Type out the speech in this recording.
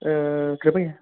कृपया